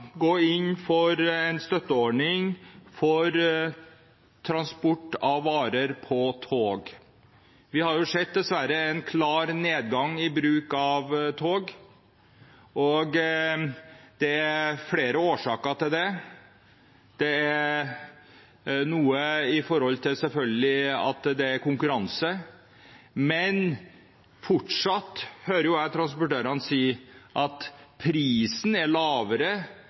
gå inn for en støtteordning for transport av varer på tog. Vi har dessverre sett en klar nedgang i bruk av tog. Det er flere årsaker til det, bl.a. at det er konkurranse, men fortsatt hører jeg transportørene si at prisen på f.eks. strekningen mellom Oslo og Trondheim er lavere